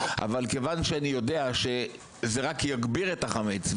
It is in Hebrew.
אבל כיוון שאני יודע שזה רק יגביר את החמץ,